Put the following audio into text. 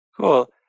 cool